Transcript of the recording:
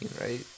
right